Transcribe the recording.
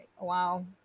wow